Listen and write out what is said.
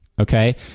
Okay